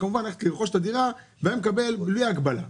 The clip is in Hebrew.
ללכת לרכוש את הדירה והיה מקבל בלי הגבלה.